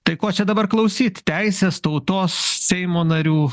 tai ko čia dabar klausyt teisės tautos seimo narių